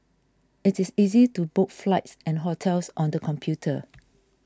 it is easy to book flights and hotels on the computer